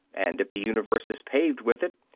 and if the universe is paved with it,